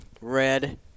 red